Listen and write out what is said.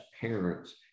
parents